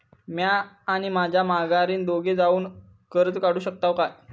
म्या आणि माझी माघारीन दोघे जावून कर्ज काढू शकताव काय?